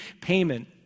payment